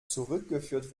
zurückgeführt